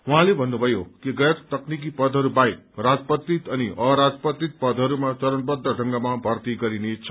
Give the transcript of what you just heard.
उहाँले भन्नुभयो कि गैर तकनिकी पदहरू बाहेक राजपत्रित अनि अराजपत्रित पदहरूमा चरणबद्द ढंगमा भर्ती गरिनेछ